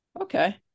Okay